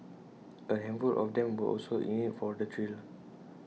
A handful of them were also in IT for the thrill